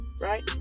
Right